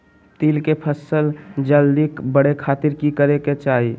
तिल के फसल जल्दी बड़े खातिर की करे के चाही?